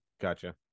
Gotcha